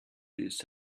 this